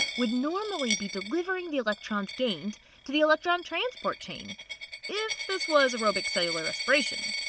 would normally be delivering the electrons gained to the electron transport chain if this was aerobic cellular respiration.